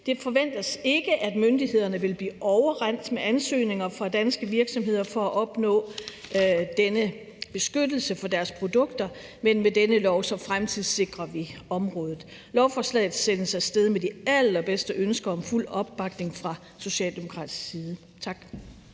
Det forventes ikke, at myndighederne vil blive overrendt med ansøgninger fra danske virksomheder om at opnå denne beskyttelse af deres produkter, men med denne lov fremtidssikrer vi området. Lovforslaget sendes af sted med de allerbedste ønsker og med fuld opbakning fra socialdemokratisk side. Tak.